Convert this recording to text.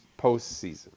postseason